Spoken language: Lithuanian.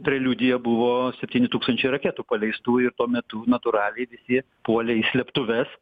preliudija buvo septyni tūkstančiai raketų paleistų ir tuo metu natūraliai visi puolė į slėptuves